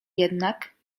jednak